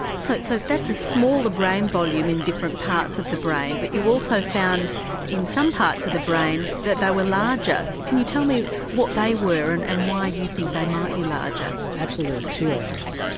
so so that's a smaller brain volume in different parts of the brain but you also found in some parts of the brain that they were larger. can you tell me what they were and and why you think they might be larger? actually there are two areas.